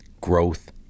growth